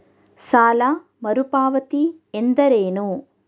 ಸಾಲ ಮರುಪಾವತಿ ಎಂದರೇನು?